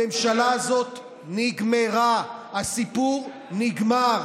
הממשלה הזאת נגמרה, הסיפור נגמר.